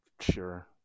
sure